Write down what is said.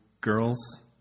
girls